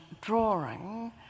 drawing